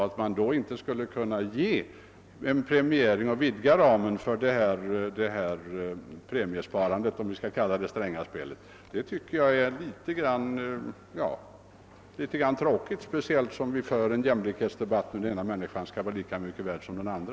Att man då inte skulle kunna ge en premiering och vidga ramen för detta premiesparande — »Strängaspelet« — finner jag därför en smula tråkigt, speciellt som vi för en jämlikhetsdebatt som går ut på att den ena människan skall vara lika mycket värd som den andra.